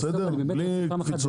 בלי קפיצות.